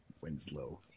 Winslow